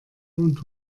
und